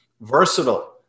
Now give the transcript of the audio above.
versatile